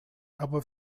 aber